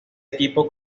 equipo